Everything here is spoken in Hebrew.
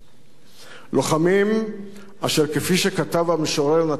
לוחמים אשר כפי שכתב המשורר נתן אלתרמן: